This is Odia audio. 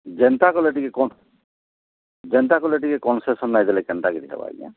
ଯେନ୍ତା କଲେ ଟିକେ କଂସ ଯେନ୍ତା କଲେ ଟିକେ କଁସେସନ ନାହିଁ ଦେଲେ କେନ୍ତା କିରି ହେବ ଆଜ୍ଞା